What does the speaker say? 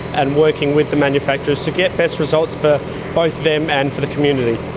and working with the manufacturers to get best results for both them and for the community.